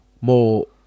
more